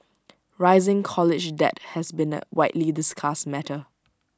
rising college debt has been A widely discussed matter